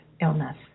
illness